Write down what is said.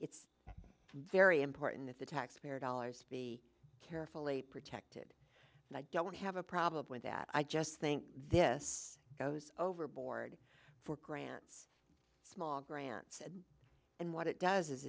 very important the taxpayer dollars be carefully protected and i don't have a problem with that i just think this goes overboard for grants small grants and what it does is